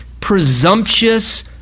presumptuous